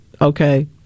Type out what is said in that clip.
Okay